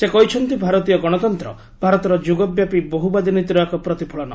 ସେ କହିଛନ୍ତି ଭାରତୀୟ ଗଶତନ୍ତ୍ର ଭାରତର ଯୁଗ ବ୍ୟାପି ବହୁବାଦୀ ନୀତିର ଏକ ପ୍ରତିଫଳନ